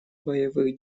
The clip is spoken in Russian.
боевых